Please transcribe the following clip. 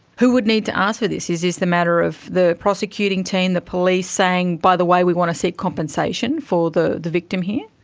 who would need to ask for this? is this the matter of the prosecuting team, the police, saying, by the way, we want to seek compensation for the the victim here'?